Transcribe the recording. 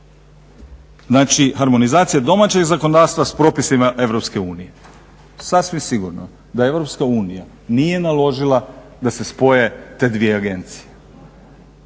znači harmonizacija domaćeg zakonodavstva s propisima EU. Sasvim sigurno da EU nije naložila da se spoje te dvije agencije.